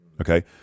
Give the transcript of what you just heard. Okay